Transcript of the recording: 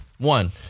One